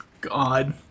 God